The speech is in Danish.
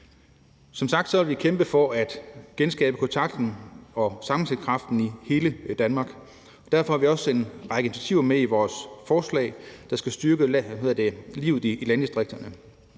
Som sagt vil vi kæmpe for at genskabe kontakten og sammenhængskraften i hele Danmark. Derfor har vi også en række initiativer med i vores forslag, der skal styrke livet i landdistrikterne.